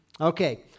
Okay